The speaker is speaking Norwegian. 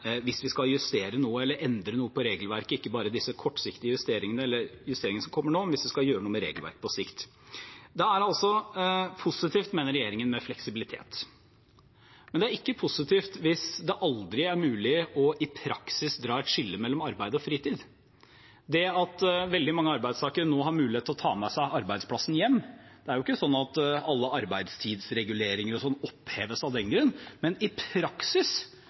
Hvis vi skal justere eller endre noe på regelverket, ikke bare disse kortsiktige justeringene, eller justeringene som kommer nå, men hvis vi skal gjøre noe med regelverket på sikt, er det positivt, mener regjeringen, med fleksibilitet. Men det er ikke positivt hvis det aldri er mulig i praksis å dra et skille mellom arbeid og fritid. Det at veldig mange arbeidstakere nå har mulighet til å ta med seg arbeidsplassen hjem, gjør ikke at alle arbeidstidsreguleringer og slikt oppheves av den grunn, men i praksis